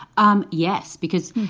um yes, because,